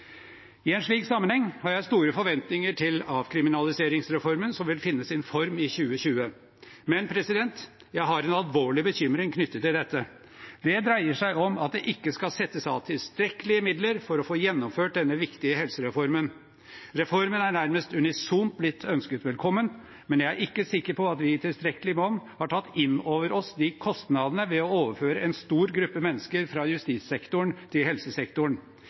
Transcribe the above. I en slik sammenheng har jeg store forventninger til avkriminaliseringsreformen som vil finne sin form i 2020. Men jeg har en alvorlig bekymring knyttet til dette. Det dreier seg om at det ikke skal settes av tilstrekkelige midler for å få gjennomført denne viktige helsereformen. Reformen er nærmest unisont blitt ønsket velkommen, men jeg er ikke sikker på at vi i tilstrekkelig monn har tatt inn over oss kostnadene ved å overføre en stor gruppe mennesker fra justissektoren til helsesektoren.